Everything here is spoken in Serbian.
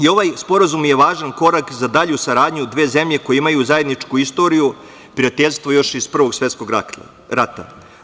Ovaj sporazum je važan korak za dalju saradnju dve zemlje koje imaju zajedničku istoriju, prijateljstvo još iz Prvog svetskog rata.